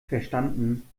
verstanden